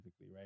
right